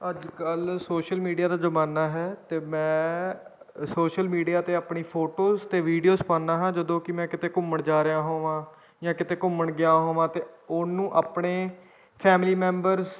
ਅੱਜ ਕੱਲ੍ਹ social media ਦਾ ਜਮਾਨਾ ਹੈ ਅਤੇ ਮੈਂ ਸੋਸ਼ਲ ਮੀਡੀਆ 'ਤੇ ਆਪਣੀ ਫੋਟੋਜ਼ ਅਤੇ ਵੀਡੀਓਜ ਪਾਉਂਦਾ ਹਾਂ ਜਦੋਂ ਕਿ ਮੈਂ ਕਿਤੇ ਘੁੰਮਣ ਜਾ ਰਿਹਾ ਹੋਵਾਂ ਜਾਂ ਕਿਤੇ ਘੁੰਮਣ ਗਿਆ ਹੋਵਾਂ ਅਤੇ ਉਹਨੂੰ ਆਪਣੇ ਫੈਮਲੀ ਮੈਂਬਰਸ